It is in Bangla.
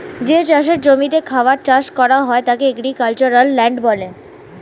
যে চাষের জমিতে খাবার চাষ করা হয় তাকে এগ্রিক্যালচারাল ল্যান্ড বলে